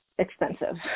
expensive